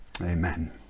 amen